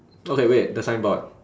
okay wait the signboard